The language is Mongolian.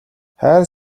хайр